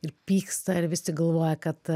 ir pyksta ir vis tik galvoja kad